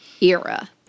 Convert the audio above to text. era